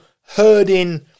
herding